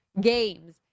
games